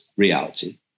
Reality